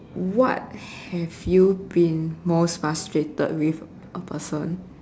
what have you been most frustrated with a person